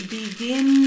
begin